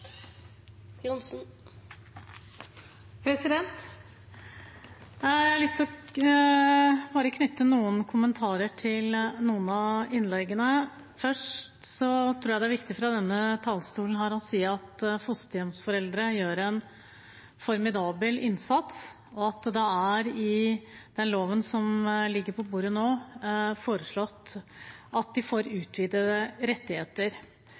å si fra denne talerstolen at fosterhjemsforeldre gjør en formidabel innsats, og at det i den loven som ligger på bordet nå, er foreslått at de får utvidede rettigheter.